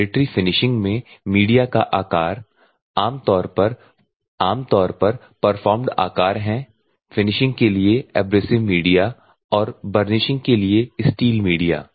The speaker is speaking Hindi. वाइब्रेटरी फिनिशिंग में मीडिया का आकार आम तौर पर परफॉर्म्ड आकार हैं फिनिशिंग के लिए एब्रेसिव मीडिया और बर्निशिंग के लिए स्टील मीडिया